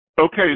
Okay